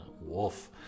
wolf